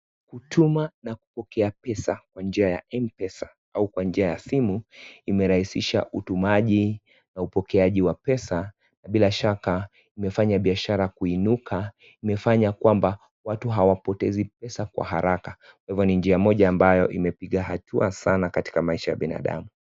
Kutuma na kupokea pesa kwa njia ya mpesa au kwa njia ya simu imerahisisha utumaji na upokeaji wa pesa bila shaka Imefanya biashara kuinuka imefanya kwamba watu hawapotezi pesa kwa haraka. Kwa hivyo ni njia moja ambayo imepiga hatua sana katika maisha ya binadamu.